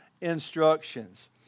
instructions